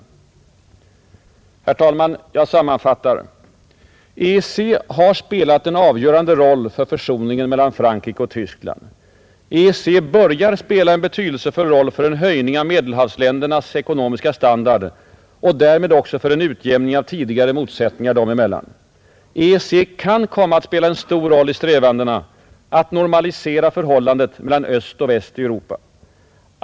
Herr talman! Jag sammanfattar: EEC har spelat en avgörande roll för försoningen mellan Frankrike och Tyskland. EEC börjar spela en betydelsefull roll för en höjning av Medelhavsländernas ekonomiska standard och därmed också för en utjämning av tidigare motsättningar dem emellan. EEC kan komma att spela en stor roll i strävandena att normalisera förhållandet mellan öst och väst i Europa.